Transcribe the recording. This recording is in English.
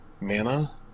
mana